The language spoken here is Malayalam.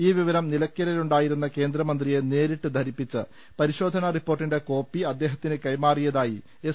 ഈ വിവരം നിലയ്ക്കലിലുണ്ടായിരുന്ന കേന്ദ്ര മന്ത്രിയെ നേരിട്ട് ധരിപ്പിച്ച് പരിശോധനാറിപ്പോർട്ടിന്റെ കോപ്പി അദ്ദേ ഹത്തിന് കൈമാറിയതായി എസ്